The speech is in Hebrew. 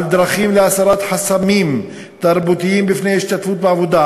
על דרכים להסרת חסמים תרבותיים בפני השתתפות בעבודה,